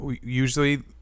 usually